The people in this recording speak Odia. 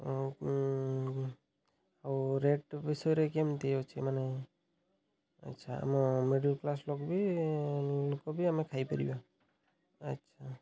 ଆଉ ରେଟ୍ ବିଷୟରେ କେମିତି ଅଛି ମାନେ ଆଚ୍ଛା ଆମ ମିଡ଼ିଲ୍କ୍ଲାସ୍ ଲୋକ ବି ଲୋକ ବି ଆମେ ଖାଇପାରିବା ଆଚ୍ଛା